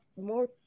more